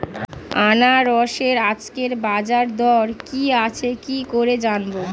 আনারসের আজকের বাজার দর কি আছে কি করে জানবো?